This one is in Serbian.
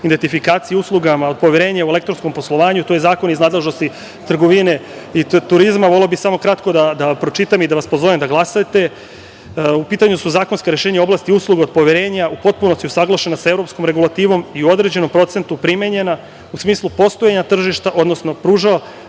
identifikaciji usluga od poverenja u elektronskom poslovanju. To je zakon iz nadležnosti trgovine i turizma. Voleo bih samo kratko da pročitam i da vas pozovem da glasate. U pitanju su zakonska rešenja u oblasti usluga od poverenja u potpunosti usaglašena sa evropskom regulativom i u određenom procentu primenjena, u smislu postojanja tržišta, odnosno pružalaca